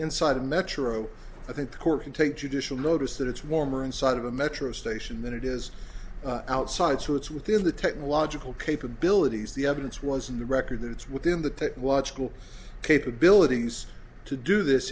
inside a metro i think the court can take judicial notice that it's warmer inside of a metro station than it is outside so it's within the technological capabilities the evidence was in the record that it's within the technological capabilities to do this